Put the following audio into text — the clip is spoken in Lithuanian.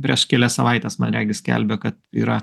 prieš kelias savaites man regis skelbė kad yra